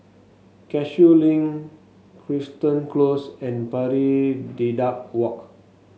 Cashew Link Crichton Close and Pari Dedap Walk